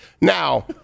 Now